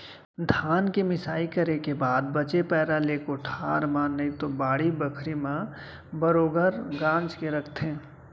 धान के मिंसाई करे के बाद बचे पैरा ले कोठार म नइतो बाड़ी बखरी म बरोगर गांज के रखथें